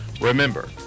Remember